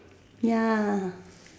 ya